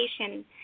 Education